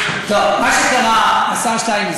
השר שטייניץ,